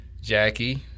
Jackie